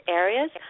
areas